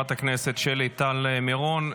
לחברת הכנסת שלי טל מירון.